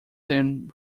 then